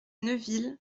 neuville